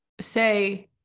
say